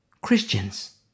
Christians